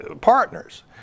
partners